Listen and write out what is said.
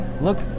look